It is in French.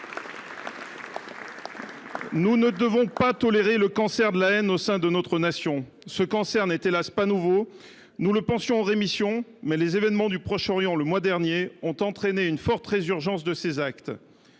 Nous ne devons pas tolérer le cancer de la haine au sein de notre nation. Ce cancer n’est, hélas !, pas nouveau. Nous le pensions en rémission, mais les événements au Proche Orient le mois dernier ont entraîné une forte résurgence de ces actes.